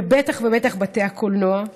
ובטח ובטח בתי הקולנוע.